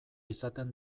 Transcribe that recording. izaten